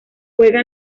juega